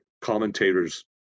commentators